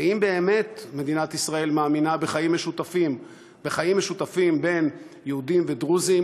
ואם באמת מדינת ישראל מאמינה בחיים משותפים בין יהודים ודרוזים,